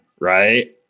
right